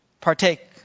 partake